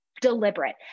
deliberate